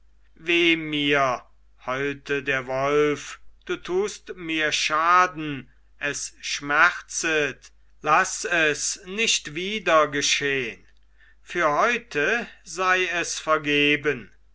mir heulte der wolf du tust mir schaden es schmerzet laß es nicht wieder geschehn für heute sei es vergeben